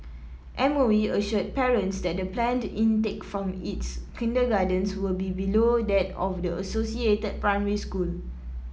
M O E assured parents that the planned intake from its kindergartens will be below that of the associated primary school